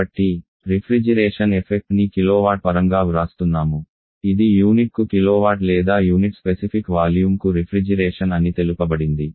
కాబట్టి refrigeration effect ని kilowatt పరంగా వ్రాస్తున్నాము ఇది యూనిట్కు కిలోవాట్ లేదా యూనిట్ స్పెసిఫిక్ వాల్యూమ్కు రిఫ్రిజిరేషన్ అని తెలుపబడింది